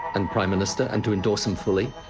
and prime minister, and to endorse him fully.